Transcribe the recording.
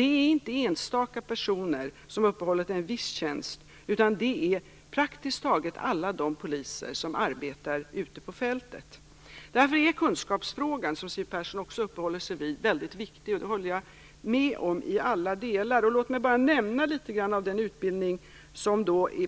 Det gäller då inte enstaka personer som uppehåller en viss tjänst, utan det gäller praktiskt taget alla poliser som arbetar ute på fältet. Därför är kunskapsfrågan, som Siw Persson också uppehåller sig vid, väldigt viktig. Där håller jag med i alla delar. Jag skall nämna litet grand om den utbildning som